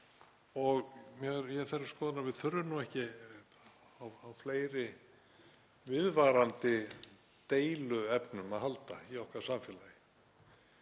Ég er þeirrar skoðunar að við þurfum ekki á fleiri viðvarandi deiluefnum að halda í okkar samfélagi.